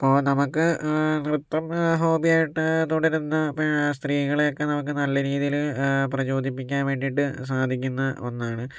ഇപ്പോൾ നമുക്ക് നൃത്തം ഹോബിയായിട്ട് തുടരുന്ന സ്ത്രീകളെയൊക്കെ നമുക്ക് നല്ല രീതിയിൽ പ്രചോദിപ്പിക്കാൻ വേണ്ടിയിട്ട് സാധിക്കുന്ന ഒന്നാണ്